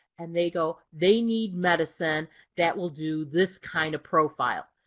and they go they need medicine that will do this kind of profile.